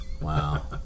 Wow